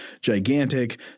gigantic